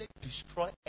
destroy